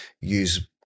use